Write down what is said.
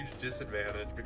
disadvantage